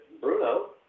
Bruno